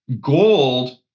Gold